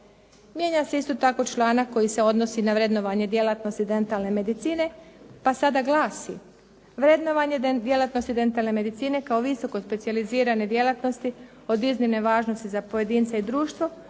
Mijenja se isto tako članak koji se odnosi na vrednovanje djelatnosti dentalne medicine pa sada glasi: “Vrednovanje djelatnosti dentalne medicine kao visoko specijalizirane djelatnosti od iznimne važnosti za pojedinca i društvo